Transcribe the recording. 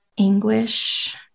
Anguish